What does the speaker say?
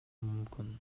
мүмкүн